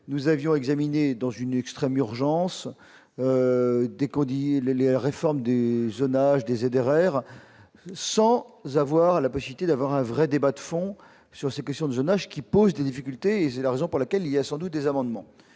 nous avions examiné dans une extrême urgence les les réformes du zonage des aides RER sans avoir à la et d'avoir un vrai débat de fond sur cette question du zonage qui pose des difficultés et c'est la raison pour laquelle il y a sans doute des amendements